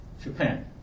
Japan